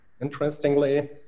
interestingly